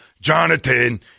Jonathan